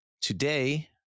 Today